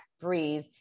breathe